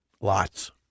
Lots